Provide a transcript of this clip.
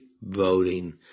voting